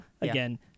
again